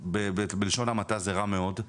בלשון המעטה זה רע מאוד,